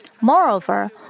Moreover